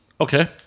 Okay